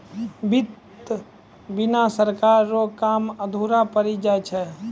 वित्त बिना सरकार रो काम अधुरा पड़ी जाय छै